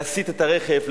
להסיט את הרכב,